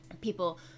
people